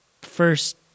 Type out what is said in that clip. first